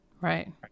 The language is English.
right